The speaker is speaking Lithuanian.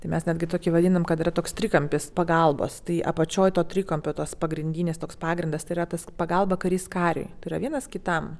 tai mes netgi tokį vadinam kad yra toks trikampis pagalbos tai apačioj to trikampio tos pagrindinis toks pagrindas tai yra tas pagalba karys kariui tai yra vienas kitam